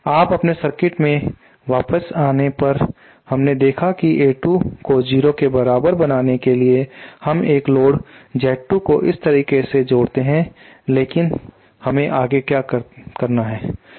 आप अपने सर्किट में वापस आने पर हमने देखा कि A2 को 0 के बराबर बनाने के लिए हम एक लोड Z2 हो इस तरह से जोड़ते हैं लेकिन हम आगे क्या करते हैं